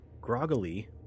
groggily